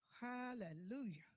Hallelujah